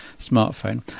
smartphone